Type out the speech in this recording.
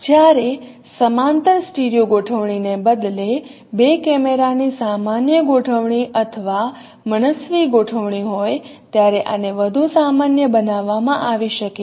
જ્યારે સમાંતર સ્ટીરિઓ ગોઠવણીને બદલે બે કેમેરાની સામાન્ય ગોઠવણી અથવા મનસ્વી ગોઠવણી હોય ત્યારે આને વધુ સામાન્ય બનાવવામાં આવી શકે છે